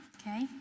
okay